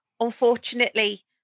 unfortunately